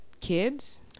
kids